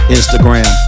Instagram